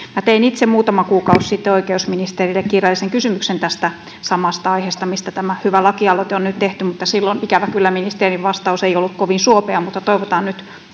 tein itse muutama kuukausi sitten oikeusministerille kirjallisen kysymyksen tästä samasta aiheesta mistä tämä hyvä lakialoite on nyt tehty mutta silloin ikävä kyllä ministerin vastaus ei ollut kovin suopea mutta toivotaan nyt